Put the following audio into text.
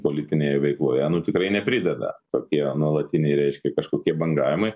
politinėje veikloje nu tikrai neprideda tokie nuolatiniai reiškia kažkokie bangavimai